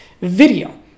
video